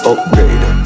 Upgrade